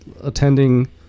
attending